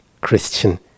Christian